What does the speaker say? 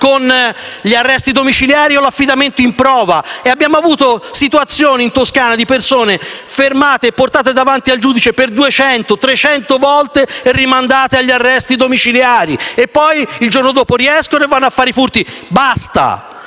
con gli arresti domiciliari o l'affidamento in prova e in Toscana abbiamo avuto situazioni di persone fermate e portate davanti al giudice per 200, 300 volte e rimandate agli arresti domiciliari. Il giorno dopo escono e vanno a fare i furti. Basta!